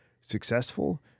successful